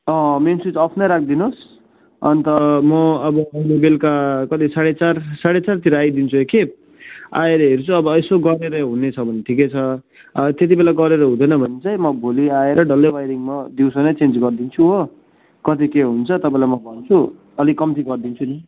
अँ main switch off नै राखिदिनु होस् अन्त म अब अहिले बेलुका कति साढे चार साढे चारतिर आइदिन्छु एक खेप आएर हेर्छु अब यसो गरेर हुनेछ भने ठिकै छ त्यति बेला गरेर हुँदैन भने चाहिँ म भोलि आएर डल्लै वाइरिङ म दिउँसो नै चेन्ज गरिदिन्छु हो कति के हुन्छ तपाईँलाई म भन्छु अलिक कम्ती गरिदिन्छु नि